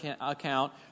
account